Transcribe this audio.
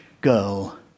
girl